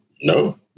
no